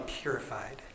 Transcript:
purified